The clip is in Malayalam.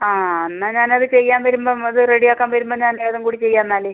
ആ എന്നാൽ ഞാനത് ചെയ്യാൻ വരുമ്പം അത് റെഡി ആക്കാൻ വരുമ്പം ഞാൻ എല്ലാം കൂടി ചെയ്യാം എന്നാൽ